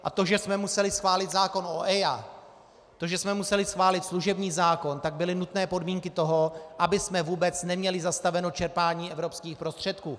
A to, že jsme museli schválit zákon o EIA, to, že jsme museli schválit služební zákon, to byly nutné podmínky toho, abychom vůbec neměli zastaveno čerpání evropských prostředků.